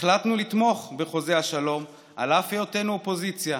"החלטנו לתמוך בחוזה השלום על אף היותנו אופוזיציה,